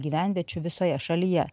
gyvenviečių visoje šalyje